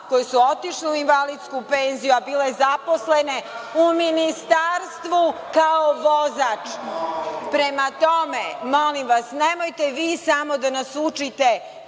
koje su otišle u invalidsku penziju, a bile zaposlene u ministarstvu kao vozač. Prema tome, molim vas, nemojte vi samo da nas učite